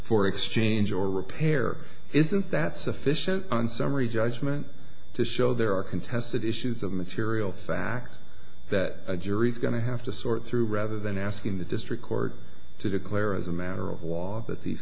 for exchange or repair isn't that sufficient on summary judgment to show there are contested issues of material fact that a jury's going to have to sort through rather than asking the district court to declare as a matter of law that these